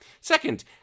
Second